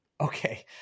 okay